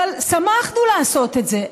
אבל שמחנו לעשות את זה.